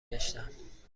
گشتم